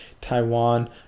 Taiwan